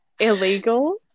illegal